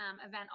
event